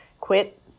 quit